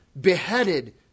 beheaded